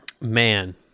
man